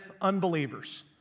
unbelievers